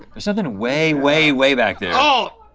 there's something way, way, way back there. oh!